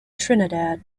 trinidad